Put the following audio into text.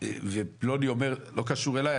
פלוני אומר לא קשור אליי,